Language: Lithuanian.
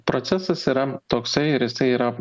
procesas yra toksai ir jisai yra